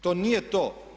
To nije to.